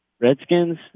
Redskins